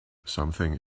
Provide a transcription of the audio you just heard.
something